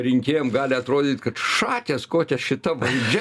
rinkėjam gali atrodyt kad šakės kokia šita valdžia